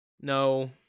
no